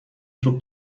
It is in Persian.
صبح